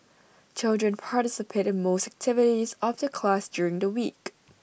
children participate in most activities of the class during the week